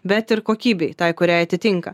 bet ir kokybei tai kuriai atitinka